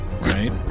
Right